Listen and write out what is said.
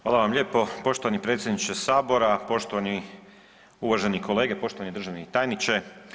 Hvala vam lijepo poštovani predsjedniče sabora, poštovani uvaženi kolege, poštovani državni tajniče.